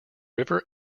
river